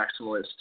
maximalist